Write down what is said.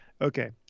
Okay